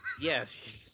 Yes